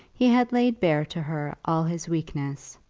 he had laid bare to her all his weakness,